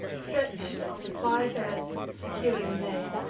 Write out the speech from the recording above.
stretch'd on the quiet earth, securely lay,